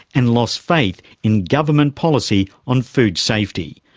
and lost faith in government policy on food safety.